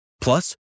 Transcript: Plus